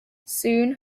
soon